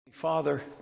Father